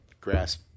grass